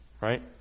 right